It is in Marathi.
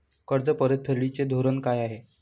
कर्ज परतफेडीचे धोरण काय आहे?